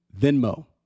Venmo